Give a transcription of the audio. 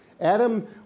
Adam